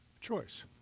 choice